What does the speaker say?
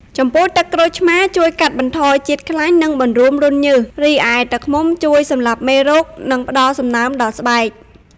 ចំពោះ ទឹកក្រូចឆ្មារជួយកាត់បន្ថយជាតិខ្លាញ់ និងបង្រួមរន្ធញើស រីឯទឹកឃ្មុំជួយសម្លាប់មេរោគ និងផ្ដល់សំណើមដល់ស្បែក។